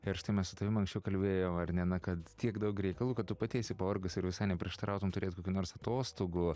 ir štai mes su tavim anksčiau kalbėjom ar ne kad tiek daug reikalų kad tu pati esi pavargus ir visai neprieštarautum turėt kokių nors atostogų